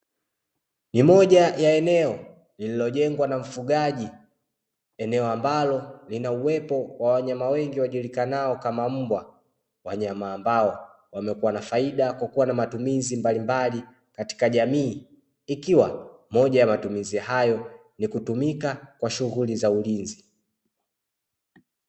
Ni moja ya eneo lililojengwa na mfugaji, eneo ambalo lina uwepo wa wanyama wengi wajulikanao kama mbwa, wanyama ambao wamekuwa na faida na matumizi mbalimbali katika jamii ikiwa moja ya matumizi hayo ni kutumika kwa shughuli za ulinzi.